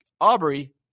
Aubrey